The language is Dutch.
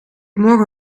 morgen